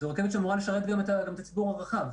זו רכבת שאמורה לשרת גם את הציבור הרחב.